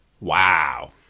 Wow